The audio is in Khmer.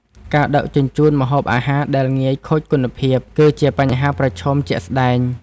ការដឹកជញ្ជូនម្ហូបអាហារដែលងាយខូចគុណភាព គឺជាបញ្ហាប្រឈមជាក់ស្ដែង។